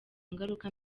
ngaruka